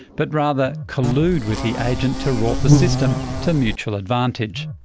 but rather collude with the agent to rort the system to mutual advantage.